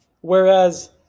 Whereas